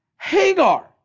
Hagar